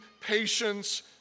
patience